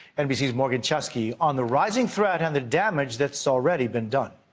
nbc's morgan chusky on the rising threat and the daniel that's already been done.